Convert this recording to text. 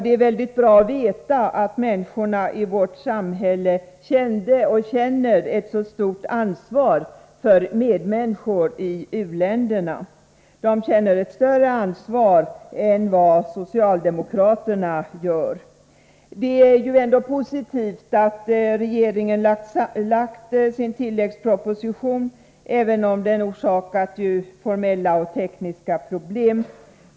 Det är väldigt bra att veta att människorna i vårt samhälle kände och känner ett så stort ansvar för medmänniskor i u-länderna. De känner ett större ansvar än socialdemokraterna. Det är ju ändå positivt att regeringen lagt sin tilläggsproposition, även om den orsakat formella och tekniska problem.